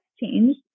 change